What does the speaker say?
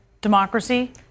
democracy